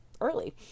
early